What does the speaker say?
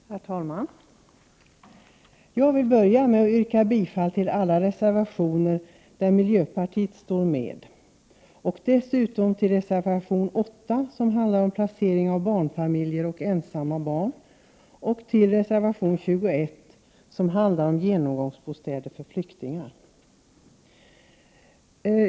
Herr talman! Jag börjar med att yrka bifall till alla de reservationer där miljöpartiet finns med och dessutom till reservation 8, som handlar om placering av barnfamiljer och ensamma barn, samt till reservation 21, som handlar om genomgångsbostäder för flyktingar.